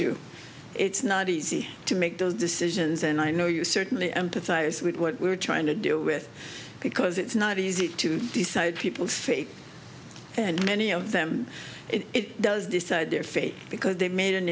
do it's not easy to make those decisions and i know you certainly empathize with what we're trying to deal with because it's not easy to decide people fate and many of them it does decide their fate because they made an